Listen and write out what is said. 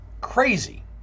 crazy